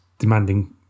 demanding